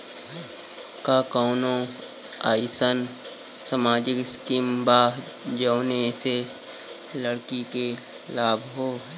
का कौनौ अईसन सामाजिक स्किम बा जौने से लड़की के लाभ हो?